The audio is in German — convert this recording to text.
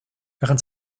während